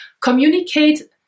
communicate